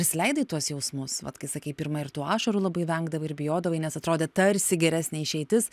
įsileidai tuos jausmus vat kai sakei pirma ir tų ašarų labai vengdavai ir bijodavai nes atrodė tarsi geresnė išeitis